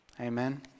Amen